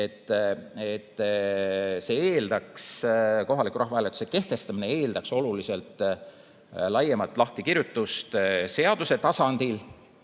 et kohaliku rahvahääletuse kehtestamine eeldaks oluliselt laiemat lahtikirjutust seaduse tasandil,